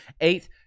eighth